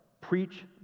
Preach